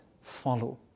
follow